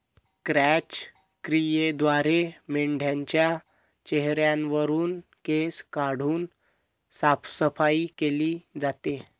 क्रॅच क्रियेद्वारे मेंढाच्या चेहऱ्यावरुन केस काढून साफसफाई केली जाते